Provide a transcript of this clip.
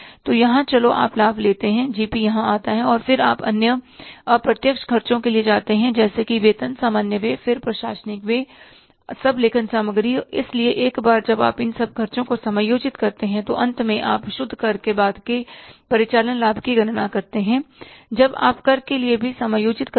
तो यहाँ चलो आप लाभ लेते हैं जीपी यहाँ आता है और फिर आप अन्य अप्रत्यक्ष खर्चों के लिए जाते हैं जैसे कि वेतन सामान्य व्यय फिर प्रशासनिक व्यय सब लेखन सामग्री और इसलिए एक बार जब आप इन सभी खर्चों को समायोजित करते हैं तो अंत में आप शुद्ध कर के बाद के परिचालन लाभ की गणना करते हैं जब आप कर के लिए भी समायोजित करते हैं